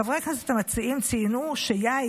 חברי הכנסת המציעים ציינו שיין,